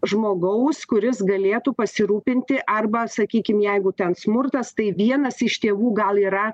žmogaus kuris galėtų pasirūpinti arba sakykim jeigu ten smurtas tai vienas iš tėvų gal yra